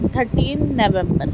thirteen November